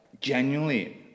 genuinely